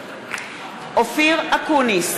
אופיר אקוניס,